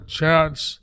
chance